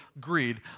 greed